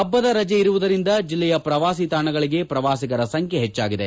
ಹಬ್ಬದ ರಜೆ ಇರುವುದರಿಂದ ಜಿಲ್ಲೆಯ ಪ್ರವಾಸಿ ತಾಣಗಳಿಗೆ ಪ್ರವಾಸಿಗರ ಸಂಖ್ಯೆ ಹೆಚ್ಚಾಗಿದೆ